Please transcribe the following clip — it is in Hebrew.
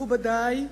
מכובדי,